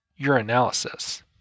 urinalysis